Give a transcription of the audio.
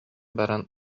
баран